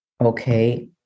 okay